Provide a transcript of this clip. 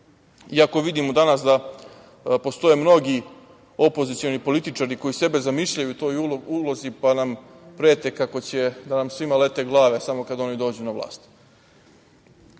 iako vidimo danas da postoje mnogi opozicioni političari koji sebe zamišljaju u toj ulozi, pa nam prete kako će da nam svima lete glave samo kada oni dođu na vlast.O